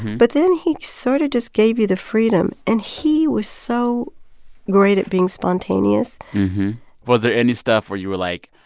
but then he sort of just gave you the freedom. and he was so great at being spontaneous was there any stuff where you were like,